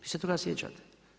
Vi se toga sjećate.